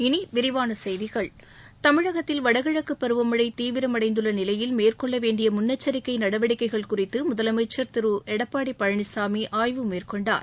இனி விரிவான செய்திகள் தமிழகத்தில் வடகிழக்கு பருவமழை தீவிரமடந்துள்ள நிலையில் மேற்கொள்ள வேண்டிய முன்னெச்சரிக்கை நடவடிக்கைகள் குறித்து முதலனமச்சர் திரு எடப்பாடி பழனிசாமி ஆய்வு மேற்கொண்டார்